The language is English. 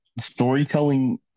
storytelling